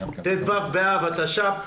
ט"ו באב התש"ף.